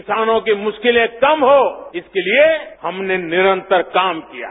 किसानों की मुश्किलें कम हों इसके लिये हमने निरन्तर काम किया है